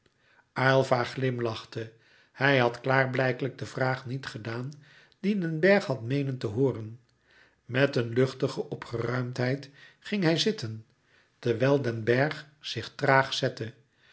glimlachte hij had klaarblijkelijk de vraag niet gedaan die den bergh had meenen te hooren met een luchtige opgeruimdheid ging hij zitten terwijl den bergh zich traag zette